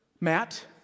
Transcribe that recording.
Matt